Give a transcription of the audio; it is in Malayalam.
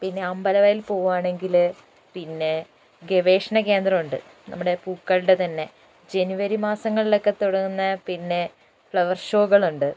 പിന്നെ അമ്പലവയൽ പോവുകയാണെങ്കിൽ പിന്നെ ഗവേഷണകേന്ദ്രം ഉണ്ട് നമ്മുടെ പൂക്കളുടെ തന്നെ ജനുവരി മാസങ്ങളിലൊക്കെ തുടങ്ങുന്ന പിന്നെ ഫ്ലവർ ഷോകളുണ്ട്